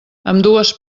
ambdues